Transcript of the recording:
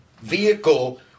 vehicle